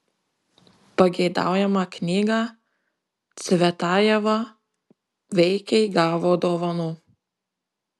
pageidaujamą knygą cvetajeva veikiai gavo dovanų